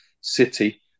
City